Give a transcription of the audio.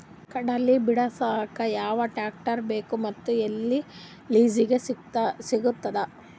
ಕಡಲಿ ಬಿಡಸಕ್ ಯಾವ ಟ್ರ್ಯಾಕ್ಟರ್ ಬೇಕು ಮತ್ತು ಎಲ್ಲಿ ಲಿಜೀಗ ಸಿಗತದ?